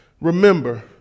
Remember